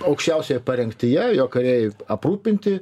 aukščiausioje parengtyje jo kariai aprūpinti